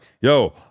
yo